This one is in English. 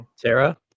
Tara